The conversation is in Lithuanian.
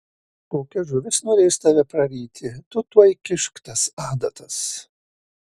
kokia žuvis norės tave praryti tu tuoj kišk tas adatas